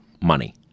money